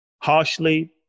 harshly